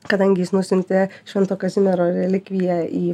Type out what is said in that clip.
kadangi jis nusiuntė švento kazimiero relikviją į